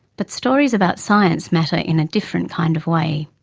but stories about science matter in a different kind of way.